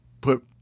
put